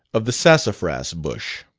of the sassafras bush.